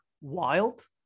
wild